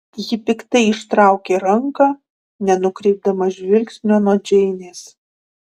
ji piktai ištraukė ranką nenukreipdama žvilgsnio nuo džeinės